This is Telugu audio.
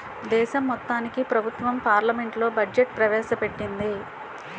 దేశం మొత్తానికి ప్రభుత్వం పార్లమెంట్లో బడ్జెట్ ప్రవేశ పెట్టింది